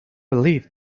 believe